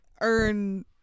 earn